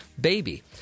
baby